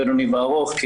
בינוני וארוך,